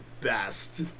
best